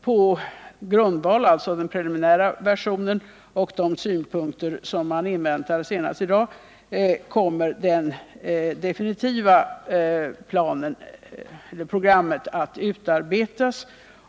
På grundval av dessa kommer det definitiva programmet att utarbetas.